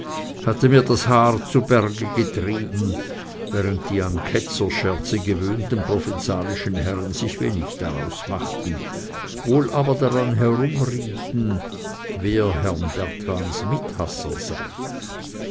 hatte mir das haar zu berge getrieben während die an ketzerscherze gewöhnten provenzalischen herren sich wenig daraus machten wohl aber daran herumrieten wer herrn bertrams mithasser sei